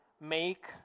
make